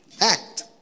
Act